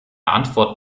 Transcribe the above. antwort